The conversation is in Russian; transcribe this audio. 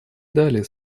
далее